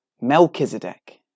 Melchizedek